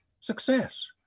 Success